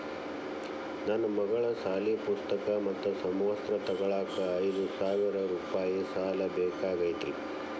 ನನ್ನ ಮಗಳ ಸಾಲಿ ಪುಸ್ತಕ್ ಮತ್ತ ಸಮವಸ್ತ್ರ ತೊಗೋಳಾಕ್ ಐದು ಸಾವಿರ ರೂಪಾಯಿ ಸಾಲ ಬೇಕಾಗೈತ್ರಿ